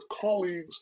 colleagues